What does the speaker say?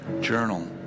journal